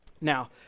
Now